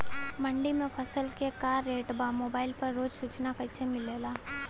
मंडी में फसल के का रेट बा मोबाइल पर रोज सूचना कैसे मिलेला?